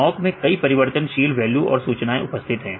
awk मैं कई परिवर्तनशील वैल्यू और सूचनाएं उपस्थित हैं